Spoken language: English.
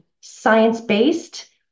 science-based